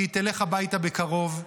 היא תלך הביתה בקרוב.